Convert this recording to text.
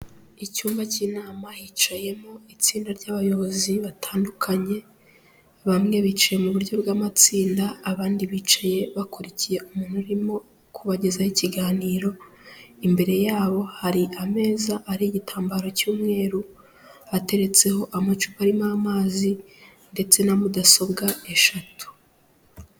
Icyumba cy'inama hicayemo itsinda ry'abayobozi batandukanye, bamwe bicaye mu buryo bw'amatsinda, abandi bicaye bakurikiye umuntu urimo kubagezaho ikiganiro, imbere yabo hari ameza ariho igitambaro cy'umweru, ateretseho amacupa arimo amazi, ndetse na mudasobwa eshatu.